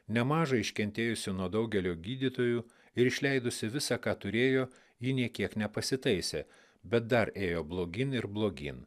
nemaža iškentėjusi nuo daugelio gydytojų ir išleidusi visa ką turėjo ji nė kiek nepasitaisė bet dar ėjo blogyn ir blogyn